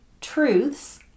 truths